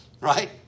right